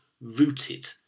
rooted